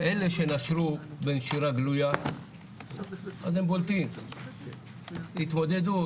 אלא שנשרו בנשירה גלויה אז הם בולטים, יתמודדו.